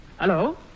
Hello